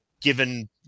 given